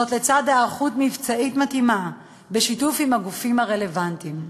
זאת לצד היערכות מבצעית מתאימה בשיתוף עם הגופים הרלוונטיים.